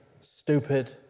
stupid